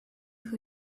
who